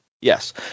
Yes